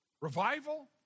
Revival